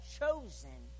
chosen